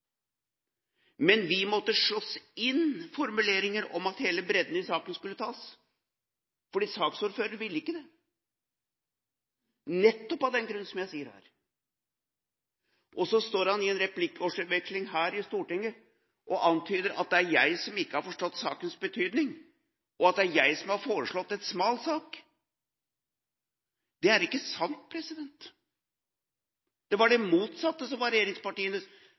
Men vi måtte slåss inn formuleringer om at hele bredden i saken skulle tas, fordi saksordføreren ikke ville det – nettopp av den grunn som jeg sier her. Så står han i en replikkordveksling her i Stortinget og antyder at det er jeg som ikke har forstått sakens betydning, og at det er jeg som har foreslått en smal sak. Det er ikke sant. Det var det motsatte som var